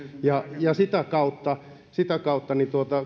ja ja sitä kautta sitä kautta